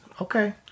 Okay